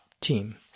team